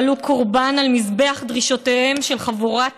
יועלו קורבן על מזבח דרישותיהם של חבורת